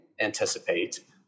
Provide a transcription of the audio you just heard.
anticipate